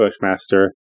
Bushmaster